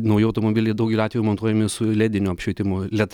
nauji automobiliai daugeliu atveju montuojami su lediniu apšvietimu led